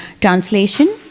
Translation